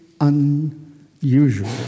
unusual